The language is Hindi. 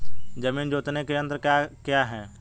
जमीन जोतने के यंत्र क्या क्या हैं?